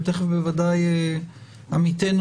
ותיכף בוודאי עמיתנו,